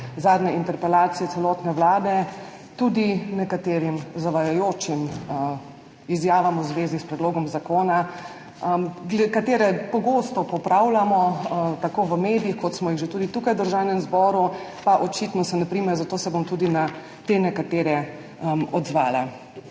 zadnje interpelacije celotne Vlade, tudi nekatere zavajajoče izjave v zvezi s predlogom zakona, ki jih pogosto popravljamo tako v medijih, kot smo jih že tudi tu v Državnem zboru, pa očitno se ne prime, zato se bom na nekatere od